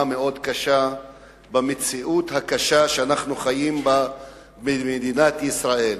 מאוד קשה במציאות הקשה שאנחנו חיים בה במדינת ישראל.